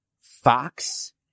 Fox